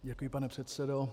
Děkuji, pane předsedo.